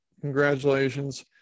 congratulations